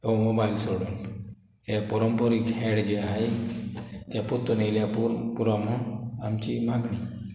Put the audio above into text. हो मोबायल सोडून हे पोरोंपोरीक हेळ जे आहाय ते पोत्तून येयल्यार पुर पुरो म्हूण आमची मागणी